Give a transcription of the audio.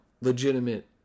legitimate